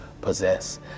possess